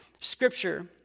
scripture